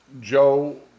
Joe